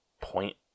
point